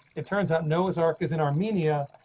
it turns out noah's ark is in armenia,